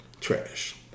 Trash